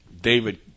David